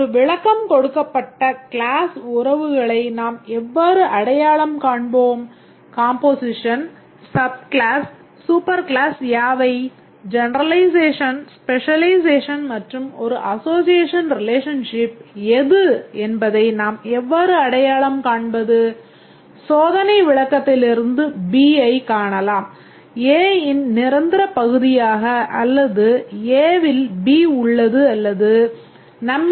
ஒரு விளக்கம் கொடுக்கப்பட்ட க்ளாஸ் உறவுகளை நாம் எவ்வாறு அடையாளம் காண்போம் காம்போசிஷன் சப் க்ளாஸ் ரிலேஷன்ஷிப் இருப்பதாக நாம் கூறுகிறோம்